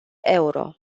euro